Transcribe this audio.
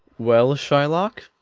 well, shylock,